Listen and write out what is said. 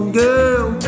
girl